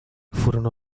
furono